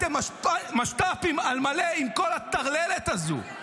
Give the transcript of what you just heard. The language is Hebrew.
אתם משת"פים על מלא עם כל הטרללת הזו.